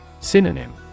Synonym